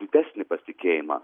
didesnį pasitikėjimą